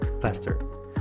faster